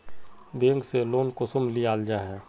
Bank से loan कुंसम लिया जाहा?